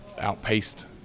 outpaced